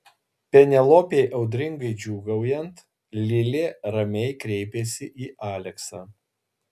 penelopei audringai džiūgaujant lilė ramiai kreipėsi į aleksą